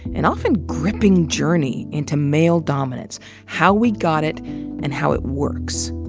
and often gripping journey into male dominance how we got it and how it works.